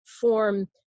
form